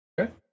Okay